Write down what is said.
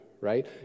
right